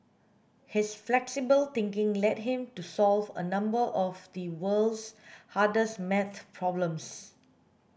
his flexible thinking led him to solve a number of the world's hardest maths problems